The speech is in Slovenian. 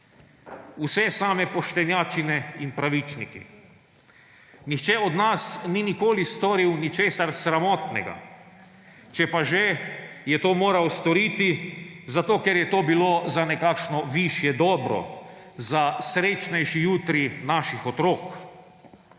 Vse same poštenjačine in pravičniki. Nihče od nas ni nikoli storil ničesar sramotnega, če pa že, je to moral storiti zato, ker je to bilo za nekakšno višje dobro, za srečnejši jutri naših otrok.